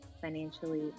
financially